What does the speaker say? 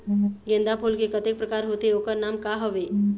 गेंदा फूल के कतेक प्रकार होथे ओकर नाम का हवे?